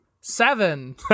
seven